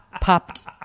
popped